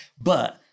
But-